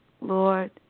Lord